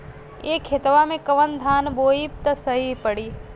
ए खेतवा मे कवन धान बोइब त सही पड़ी?